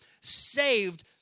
saved